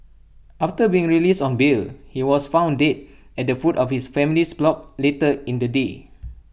after being released on bail he was found dead at the foot of his family's block later in the day